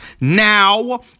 now